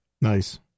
Nice